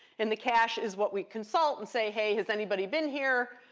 and the cache is what we consult and say, hey, has anybody been here?